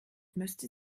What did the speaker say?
müsste